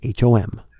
HOM